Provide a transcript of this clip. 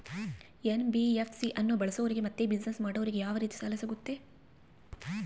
NBFC ಅನ್ನು ಬಳಸೋರಿಗೆ ಮತ್ತೆ ಬಿಸಿನೆಸ್ ಮಾಡೋರಿಗೆ ಯಾವ ರೇತಿ ಸಾಲ ಸಿಗುತ್ತೆ?